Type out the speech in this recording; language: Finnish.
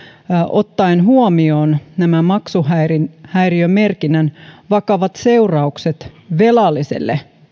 ottaen huomioon nämä maksuhäiriömerkinnän vakavat seuraukset velalliselle